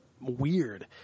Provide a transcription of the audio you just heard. weird